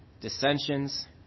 dissensions